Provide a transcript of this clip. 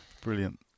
Brilliant